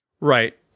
Right